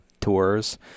tours